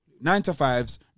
nine-to-fives